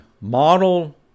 model